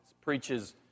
preaches